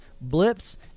blips